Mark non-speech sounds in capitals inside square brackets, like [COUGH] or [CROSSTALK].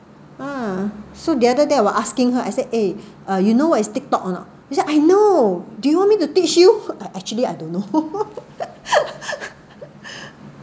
ha so the other day I were asking her I said eh uh you know what is tiktok or not I know do you want me to teach you uh actually I don't know [LAUGHS]